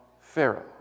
Pharaoh